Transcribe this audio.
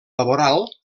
laboral